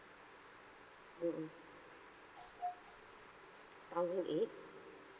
mm mm thousand eight